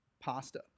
Pasta